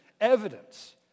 evidence